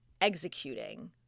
executing